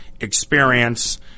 experience